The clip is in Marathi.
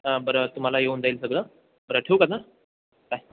हां बरं तुम्हाला येऊन जाईल सगळं बरं ठेऊ का ना बाय